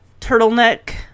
turtleneck